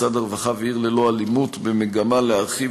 משרד הרווחה ו"עיר ללא אלימות" במגמה להרחיב